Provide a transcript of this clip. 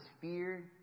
fear